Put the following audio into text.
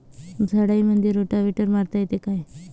झाडामंदी रोटावेटर मारता येतो काय?